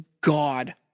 god